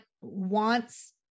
wants